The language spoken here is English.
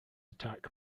attack